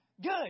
Good